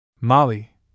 Molly